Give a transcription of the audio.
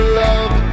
love